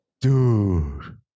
dude